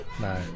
no